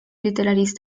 literaris